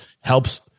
helps